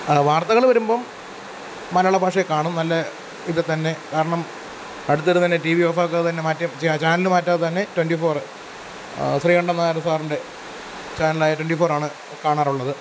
വാർത്തകൾ വരുമ്പം മലയാളഭാഷയെ കാണും നല്ല ഇതിൽ തന്നെ കാരണം അടുത്തിടുന്നതെന്നെ ടി വി ഓഫാക്കാതെ തന്നെ മറ്റേ ചാ ചാനൽ മാറ്റാതെ തന്നെ twenty four Sreekandan Nair സാറിൻ്റെ ചാനലായ ട്വൻ്റി ഫോറാണ് കാണാറുള്ളത്